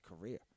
career